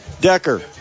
Decker